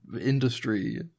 industry